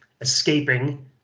escaping